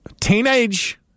Teenage